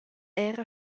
era